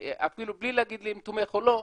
אפילו בלי להגיד לי אם אתה תומך או לא,